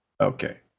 Okay